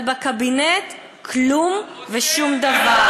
אבל בקבינט כלום ושום דבר.